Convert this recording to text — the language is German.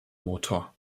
motor